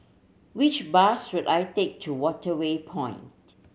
which bus should I take to Waterway Point